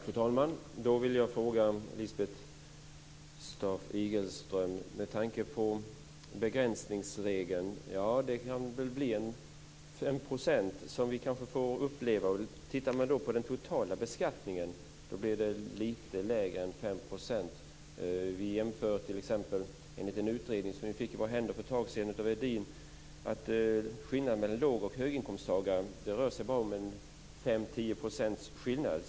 Fru talman! Jag vill ställa en fråga till Lisbeth Staaf-Igelström med tanke på begränsningsregeln. Ja, vi kanske får uppleva att det blir 5 %. Tittar man på den totala beskattningen blir det lite lägre än 5 %. Enligt en utredning av Edin som vi fick för ett tag sedan rör sig skillnaden mellan låg och höginkomsttagare om bara 5-10 %.